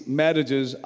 marriages